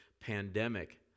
pandemic